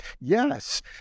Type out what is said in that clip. Yes